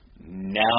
Now